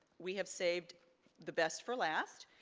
we have saved the best for last.